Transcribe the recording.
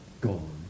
gone